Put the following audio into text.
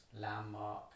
landmark